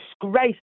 disgrace